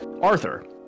Arthur